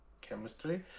chemistry